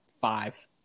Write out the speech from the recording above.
five